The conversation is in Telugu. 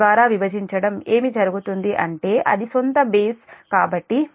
ద్వారా విభజించడం ఏమి జరుగుతుంది అంటే అది సొంత బేస్ కాబట్టి మీరు M p